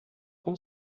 com